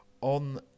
on